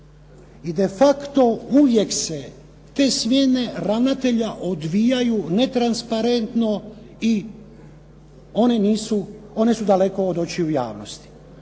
I defacto uvijek se te smjene ravnatelja odvijaju netransparentno i one nisu, one su daleko od očiju javnosti.